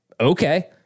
Okay